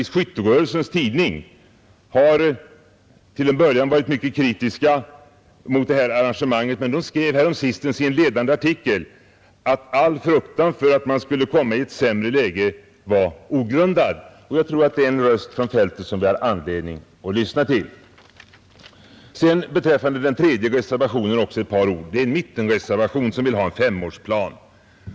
Skytterörelsens tidning var exempelvis till en början mycket kritisk mot arrangemanget, men den hade för en tid sedan en artikel där det sades att all fruktan för att man skulle komma i ett sämre läge var ogrundad. Jag tror att det är en röst från fältet som det finns anledning att lyssna till. Jag vill också säga några ord om den tredje reservationen, mittenreservationen, som vill ha en femårsplan.